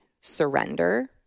surrender